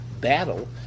battle